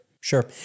Sure